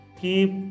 Keep